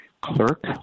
clerk